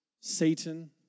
Satan